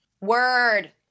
word